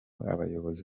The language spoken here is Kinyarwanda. bayobozi